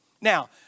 Now